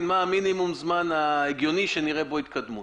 מה המינימום זמן ההגיוני שנראה בו התקדמות.